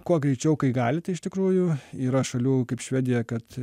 kuo greičiau kai galite iš tikrųjų yra šalių kaip švedija kad